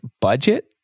budget